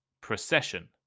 Procession